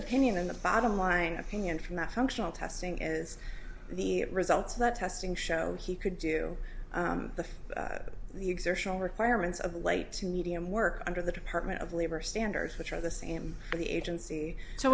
opinion and the bottom line opinion from that functional testing is the results that testing show he could do the exertional requirements of late to medium work under the department of labor standards which are the same at the agency so